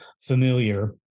familiar